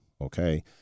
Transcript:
okay